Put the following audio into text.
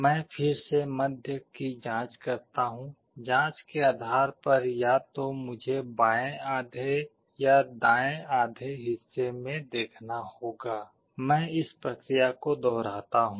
मैं फिर से मध्य की जांच करता हूं जांच के आधार पर या तो मुझे बाएं आधे या दाएं आधे हिस्से में देखना होगा मैं इस प्रक्रिया को दोहराता हूं